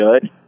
good